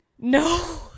No